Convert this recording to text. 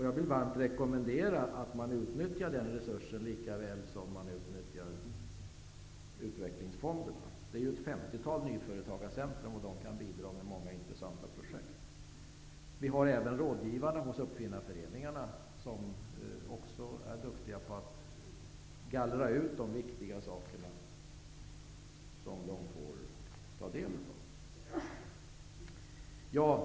Jag vill varmt rekommendera att man utnyttjar denna resurs lika väl som man utnyttjar utvecklingsfonderna. Det finns ett femtiotal nyföretagarcentrum, och de kan bidra med många intressanta projekt. Det finns även rådgivare hos uppfinnarföreningarna, vilka också är duktiga på att gallra ut de viktiga sakerna som de får ta del av.